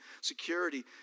security